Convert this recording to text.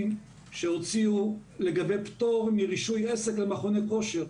שהוציאו לגבי פטור מרישוי עסק למכוני כושר,